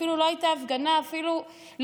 ההפגנה אפילו לא הייתה,